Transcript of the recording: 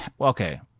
Okay